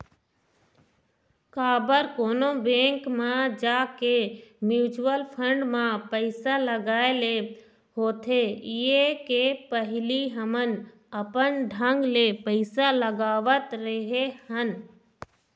काबर कोनो बेंक म जाके म्युचुअल फंड म पइसा लगाय ले होथे ये के पहिली हमन अपन ढंग ले पइसा लगावत रेहे हन